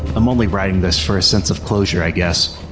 i'm only writing this for a sense of closure, i guess.